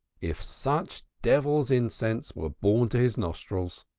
if such devil's incense were borne to his nostrils?